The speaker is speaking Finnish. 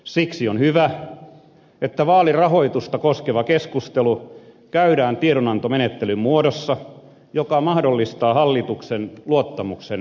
siksi on hyvä että vaalirahoitusta koskeva keskustelu käydään tiedonantomenettelyn muodossa joka mahdollistaa hallituksen luottamuksen mittauksen